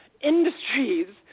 industries